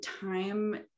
time